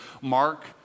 Mark